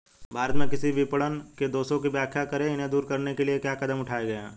भारत में कृषि विपणन के दोषों की व्याख्या करें इन्हें दूर करने के लिए क्या कदम उठाए गए हैं?